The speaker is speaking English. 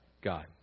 God